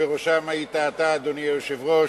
שבראשם היית אתה, אדוני היושב-ראש.